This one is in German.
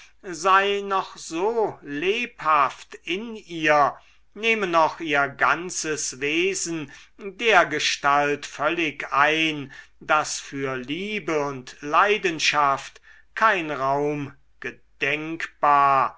sei noch so lebhaft in ihr nehme noch ihr ganzes wesen dergestalt völlig ein daß für liebe und leidenschaft kein raum gedenkbar